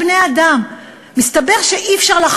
מסתבר שהם בני-אדם.